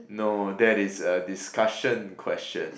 no that is a discussion question